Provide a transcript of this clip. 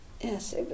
yes